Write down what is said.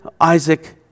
Isaac